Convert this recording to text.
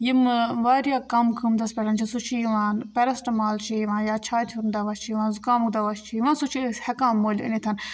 یِم واریاہ کَم قۭمتَس پٮ۪ٹھ چھِ سُہ چھُ یِوان پٮ۪رَسٹٕمال چھُ یِوان یا چھاتہِ ہُنٛد دَوا چھُ یِوان زُکامُک دَوا چھُ یِوان سُہ چھِ أسۍ ہٮ۪کان مٔلۍ أنِتھ